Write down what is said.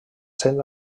sent